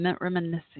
reminiscing